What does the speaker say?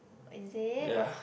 is it